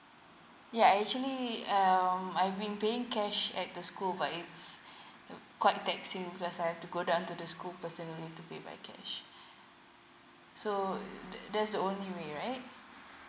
ya I actually um I've been paying cash at the school but it's quite taxing because I have to go down to the school personally to pay by cash so that that's the only way right